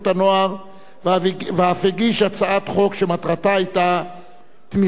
ואף הגיש הצעת חוק שמטרתה היתה תמיכה בבני-הנוער